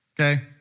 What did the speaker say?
Okay